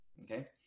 okay